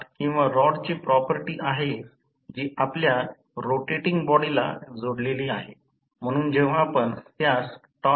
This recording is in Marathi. उच्च व्होल्टेज बाजू ही प्राथमिक आहे कमी व्होल्टेज बाजू आहे ज्यास दुय्यम परिभाषित केले आहे येथे कर्सर दिसत आहे